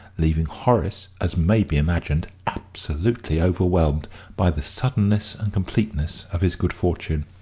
leaving horace, as may be imagined, absolutely overwhelmed by the suddenness and completeness of his good fortune.